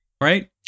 right